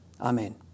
Amen